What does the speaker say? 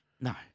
No